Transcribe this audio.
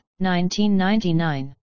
1999